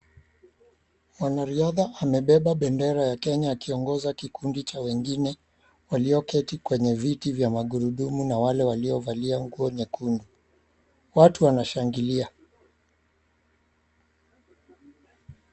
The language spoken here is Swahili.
Mwanariadha amebeba bendera ya Kenya akiongoza kikundi cha wengine waliyo keti kwenye viti vya magurudumu na wale waliyovalia nguo nyekundu, watu wanashangilia.